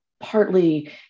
partly